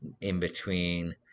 in-between